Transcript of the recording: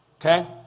Okay